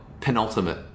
penultimate